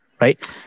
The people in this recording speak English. Right